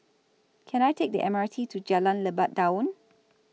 Can I Take The M R T to Jalan Lebat Daun